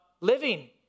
living